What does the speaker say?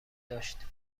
داشت